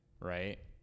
right